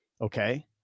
okay